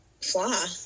fly